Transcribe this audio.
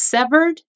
Severed